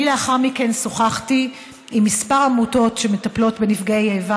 לאחר מכן שוחחתי עם כמה עמותות שמטפלות בנפגעי איבה